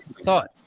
Thought